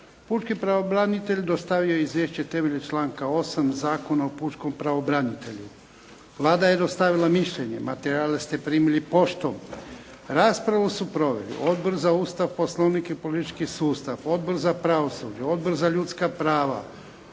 Pučki pravobranitelj dostavio je izvješće na temelju članka 8. Zakona o Pučkom pravobranitelju. Vlada je dostavila mišljenje. Materijale ste primili poštom. Raspravu su proveli Odbor za Ustav, Poslovnik i politički sustav, Odbor za pravosuđe, Odbor za ljudska prava,